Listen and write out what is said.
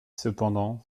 cependant